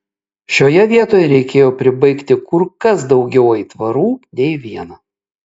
šioje vietoje reikėjo pribaigti kur kas daugiau aitvarų nei vieną